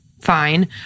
fine